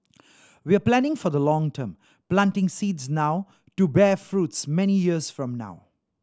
we are planting for the long term planting seeds now to bear fruit many years from now